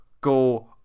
go